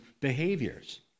behaviors